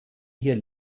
hier